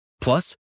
Plus